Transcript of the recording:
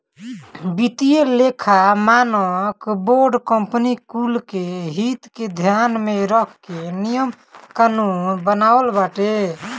वित्तीय लेखा मानक बोर्ड कंपनी कुल के हित के ध्यान में रख के नियम कानून बनावत बाटे